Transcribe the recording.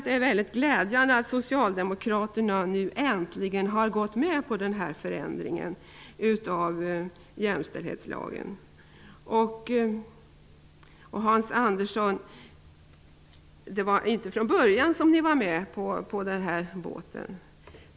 Det är väldigt glädjande att Socialdemokraterna äntligen har gått med på den här förändringen av jämställdhetslagen. Men, Hans Andersson, ni var inte med från början på den här båten.